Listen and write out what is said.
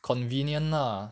convenient lah